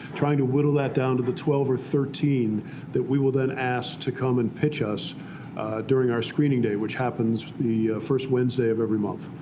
trying to whittle that down to twelve or thirteen that we will then ask to come and pitch us during our screening day, which happens the first wednesday of every month.